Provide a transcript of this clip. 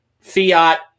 fiat